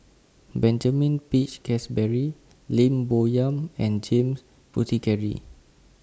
Benjamin Peach Keasberry Lim Bo Yam and James Puthucheary